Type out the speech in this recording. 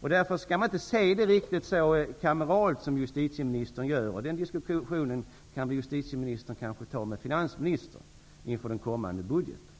Därför kan man inte se detta riktigt så kameralt som justitieministern gör. Den diskussionen kanske justitieministern kan ta med finansministern inför den kommande budgeten.